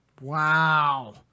Wow